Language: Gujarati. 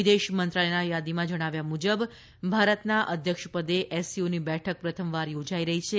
વિદેશ મંત્રાલયના યાદીમાં જણાવ્યું મુજબ ભારતના અધ્યક્ષ પદે એસસીઓની બેઠક પ્રથમવાર યોજાઈ રહી છે